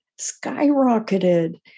skyrocketed